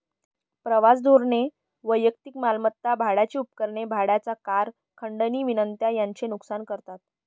प्रवास धोरणे वैयक्तिक मालमत्ता, भाड्याची उपकरणे, भाड्याच्या कार, खंडणी विनंत्या यांचे नुकसान करतात